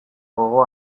gogo